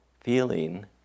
feeling